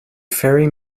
ferry